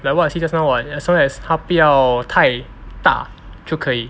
like what I said just now [what] as long as 她不要太大就可以